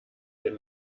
den